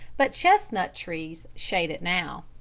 but chestnut trees shade it now.